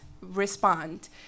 respond